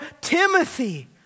Timothy